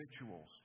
rituals